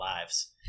lives